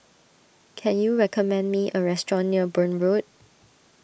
can you recommend me a restaurant near Burn Road